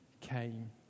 came